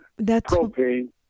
propane